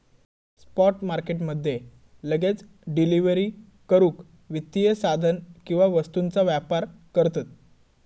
spot market मध्ये लगेच delivery करूक वित्तीय साधन किंवा वस्तूंचा व्यापार करतत